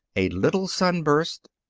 a little sunburst,